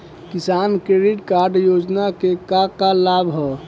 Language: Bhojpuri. किसान क्रेडिट कार्ड योजना के का का लाभ ह?